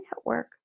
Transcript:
Network